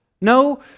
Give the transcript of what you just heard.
no